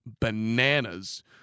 bananas